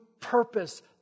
purpose